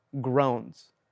groans